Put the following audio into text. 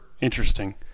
interesting